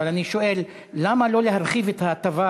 אבל אני שואל: למה לא להרחיב את ההטבה